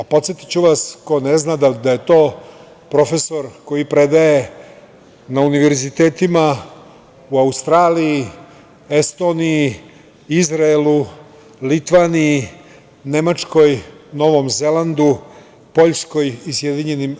Podsetiću vas ko ne zna da je to profesor koji predaje na univerzitetima u Australiji, Estoniji, Izraelu, Litvaniji, Nemačkoj, Novom Zelandu, Poljskoj i SAD.